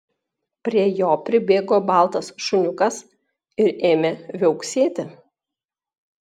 prie jo pribėgo baltas šuniukas ir ėmė viauksėti